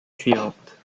suivante